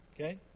Okay